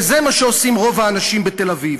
וזה מה שעושים רוב האנשים בתל-אביב.